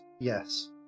yes